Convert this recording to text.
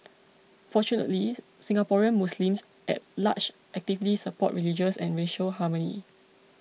fortunately Singaporean Muslims at large actively support religious and racial harmony